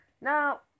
Now